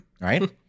Right